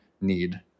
need